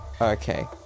Okay